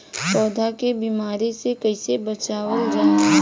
पौधा के बीमारी से कइसे बचावल जा?